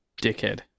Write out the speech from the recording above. dickhead